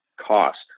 cost